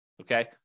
Okay